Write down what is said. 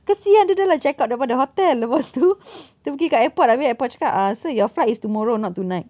kesian dia dah lah check out daripada hotel lepas tu dia pergi kat airport abeh airport cakap ah sir your flight is tomorrow not tonight